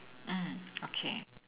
okay